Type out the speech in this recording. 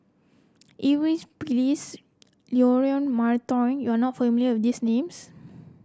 Eu Cheng Li Phyllis Leon Perera Maria Hertogh you are not familiar with these names